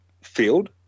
field